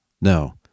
No